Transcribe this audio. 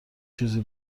چیزی